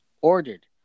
ordered